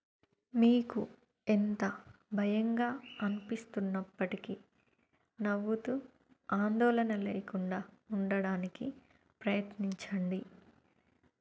మీకు ఎంత భయంగా అనిపిస్తున్నప్పటికీ నవ్వుతూ ఆందోళన లేకుండా ఉండడానికి ప్రయత్నించండి